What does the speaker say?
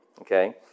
okay